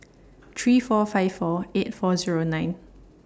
three four five four eight four Zero nine